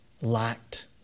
Lacked